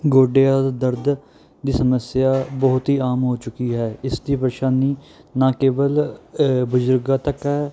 ਗੋਡਿਆਂ ਦਾ ਦਰਦ ਦੀ ਸਮੱਸਿਆ ਬਹੁਤ ਹੀ ਆਮ ਹੋ ਚੁੱਕੀ ਹੈ ਇਸ ਦੀ ਪਰੇਸ਼ਾਨੀ ਨਾ ਕੇਵਲ ਅ ਬਜ਼ੁਰਗਾਂ ਤੱਕ ਹੈ